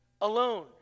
alone